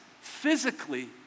physically